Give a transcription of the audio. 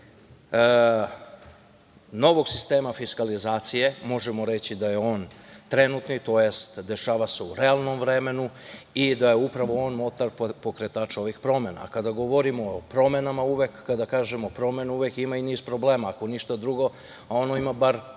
novog sistema fiskalizacije, možemo reći da je on trenutni tj. dešava se u realnom vremenu i da je upravo on motor pokretač ovih promena. Kada govorimo o promenama, kada kažemo promena, uvek ima niz problema. Ako ništa drugo, postoji